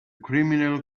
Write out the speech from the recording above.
criminal